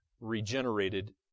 regenerated